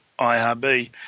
IRB